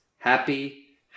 Happy